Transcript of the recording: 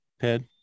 Ted